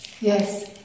Yes